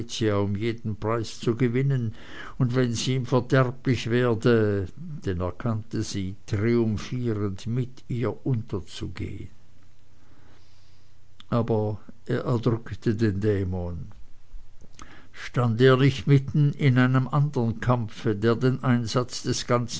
um jeden preis zu gewinnen und wenn sie ihm verderblich werde denn er kannte sie triumphierend mit ihr unterzugehen aber er erdrückte den dämon stand er nicht mitten in einem andern kampfe der den einsatz des ganzen